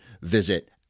visit